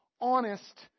honest